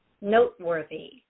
noteworthy